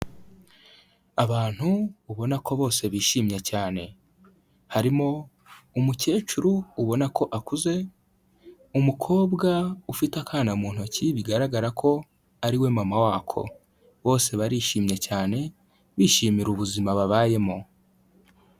abantu ubona ko bose bishimye cyane, harimo umukecuru ubona ko akuze, umukobwa ufite akana mu ntoki bigaragara ko ariwe mama wako, bose barishimye cyane bishimira ubuzima babayemo.